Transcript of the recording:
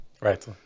Right